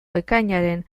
ekainaren